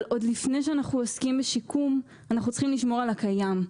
אבל עוד לפני שאנחנו עוסקים בשיקום אנחנו צריכים לשמור על הקיים.